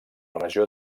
regió